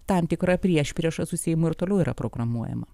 tam tikra priešprieša su seimu ir toliau yra programuojama